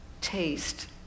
taste